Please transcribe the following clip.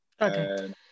Okay